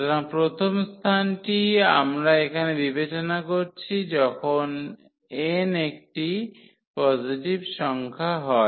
সুতরাং প্রথম স্থানটি আমরা এখানে বিবেচনা করছি যখন n একটি পজিটিভ সংখ্যা হয়